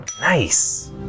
Nice